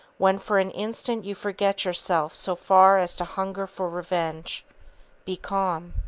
when for an instant you forget yourself so far as to hunger for revenge be calm.